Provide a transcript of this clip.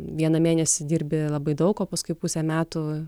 vieną mėnesį dirbi labai daug o paskui pusę metų